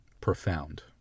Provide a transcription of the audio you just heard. profound